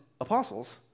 apostles